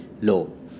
low